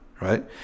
right